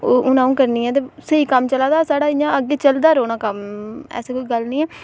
हून अ'ऊं करनी आं ते स्हेई कम्म चला दा साढ़ा इ'यां चलदा रौंह्ना कम्म एह् ऐसी कोई गल्ल निं ऐ